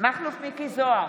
מכלוף מיקי זוהר,